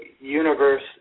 universe